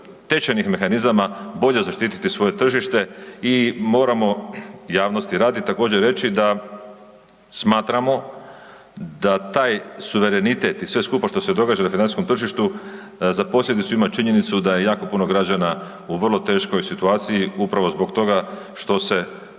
tečajnih mehanizama bolje zaštititi svoje tržište. I moramo javnosti radi također reći da smatramo da taj suverenitet i sve skupa što se događa na financijskom tržištu za posljedicu ima činjenicu da je jako puno građana u vrlo teškoj situaciji upravo zbog toga što se